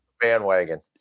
bandwagon